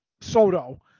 soto